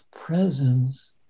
presence